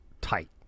tight